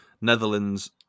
Netherlands